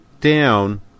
down